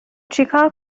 چیکار